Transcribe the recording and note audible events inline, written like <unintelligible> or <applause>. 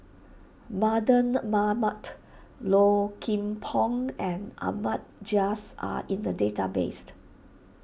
Mardan Mamat Low Kim Pong and Ahmad Jais are in the database <unintelligible>